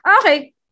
okay